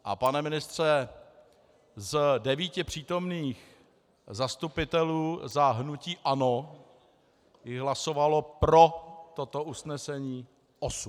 A pane ministře, z devíti přítomných zastupitelů za hnutí ANO jich hlasovalo pro toto usnesení osm.